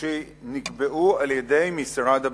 שנקבעו על-ידי משרד הביטחון".